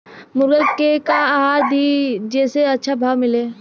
मुर्गा के का आहार दी जे से अच्छा भाव मिले?